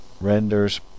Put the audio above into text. renders